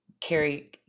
carry